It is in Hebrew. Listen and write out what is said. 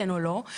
כן או לא.